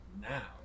now